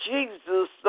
Jesus